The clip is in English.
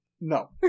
no